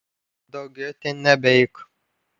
daugiau ten nebeik